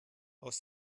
aus